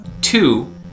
Two